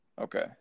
Okay